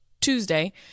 Tuesday